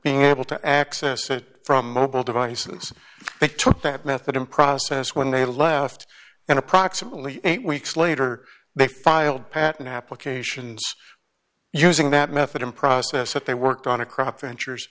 being able to access it from mobile devices they took that method in process when they left and approximately eight weeks later they filed patent applications using that method in process that they worked on a crop ventures